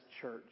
church